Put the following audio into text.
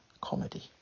comedy